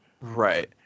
Right